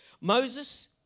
Moses